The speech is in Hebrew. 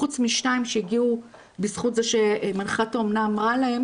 חוץ משניים שהגיעו בזכות זה שמנחת האומנה אמרה להם